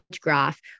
graph